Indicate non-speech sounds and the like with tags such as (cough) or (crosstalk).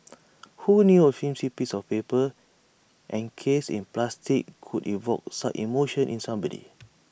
(noise) who knew A flimsy piece of paper encased in plastic could evoke such emotion in somebody